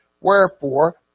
Wherefore